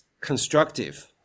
constructive